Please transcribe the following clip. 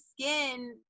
skin